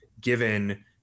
given